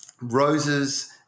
roses